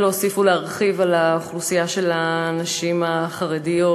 ולהוסיף ולהרחיב על האוכלוסייה של הנשים החרדיות.